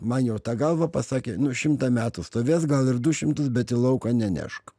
man jau tą galvą pasakė nu šimtą metų stovės gal ir du šimtus bet į lauką nenešk